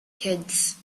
kids